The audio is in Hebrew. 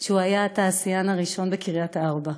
שהוא היה התעשיין הראשון בקריית ארבע.